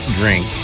drink